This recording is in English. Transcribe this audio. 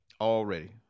Already